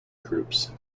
groups